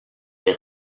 des